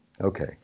Okay